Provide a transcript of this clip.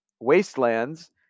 wastelands